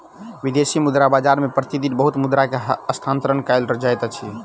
विदेशी मुद्रा बाजार मे प्रति दिन बहुत मुद्रा के हस्तांतरण कयल जाइत अछि